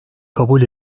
kabul